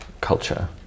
culture